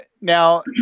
now